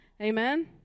Amen